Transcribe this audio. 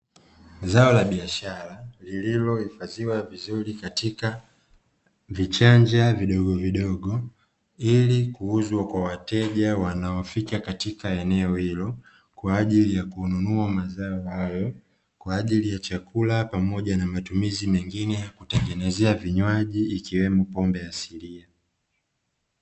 Zao la biashara lililo hifadhiwa vizuri katika vichanja vidogovidogo ili kuuzwa kwa wateja wanaofika katika eneo hilo, kwa ajili ya kununua mazao hayo kwa ajili ya chakula pamoja na matumizi mengine kutengenezea vinywaji ikiwemo pombe asilia.